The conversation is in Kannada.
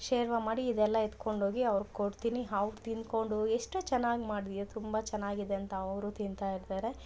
ಶೇರ್ವ ಮಾಡಿ ಇದೆಲ್ಲ ಎತ್ಕೊಂಡು ಹೋಗಿ ಅವ್ರಿಗೆ ಕೊಡ್ತೀನಿ ಅವ್ರ್ ತಿನ್ಕೊಂಡು ಎಷ್ಟು ಚೆನ್ನಾಗ್ ಮಾಡಿದ್ಯ ತುಂಬ ಚೆನ್ನಾಗಿದೆ ಅಂತ ಅವರು ತಿಂತಾ ಇರ್ತಾರೆ